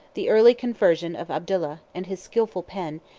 the early conversion of abdallah, and his skilful pen,